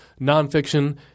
nonfiction